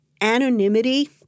anonymity